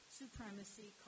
supremacy